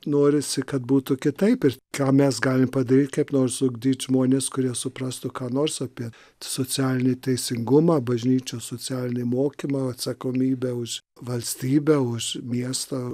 norisi kad būtų kitaip ir ką mes galim padaryt kaip nors ugdyt žmones kurie suprastų ką nors apie socialinį teisingumą bažnyčios socialinį mokymą atsakomybę už valstybę už miestą